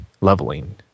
leveling